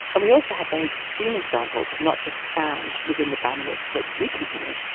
and we also have very extreme examples of not just sound within the bandwidths that we can hear,